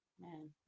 man